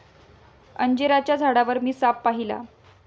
अंजिराच्या झाडावर मी साप पाहिला